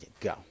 go